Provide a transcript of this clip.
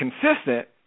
consistent